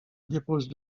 dépose